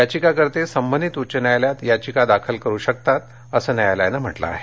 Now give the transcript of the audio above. याचिकाकर्ते संबंधित उच्च न्यायालयात याचिका दाखल करु शकतात असं न्यायालयानं म्हटलं आहे